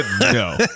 No